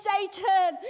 Satan